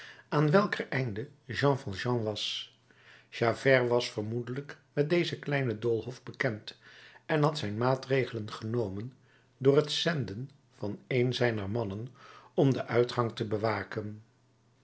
aan welker einde jean valjean was javert was vermoedelijk met dezen kleinen doolhof bekend en had zijn maatregelen genomen door het zenden van een zijner mannen om den uitgang te bewaken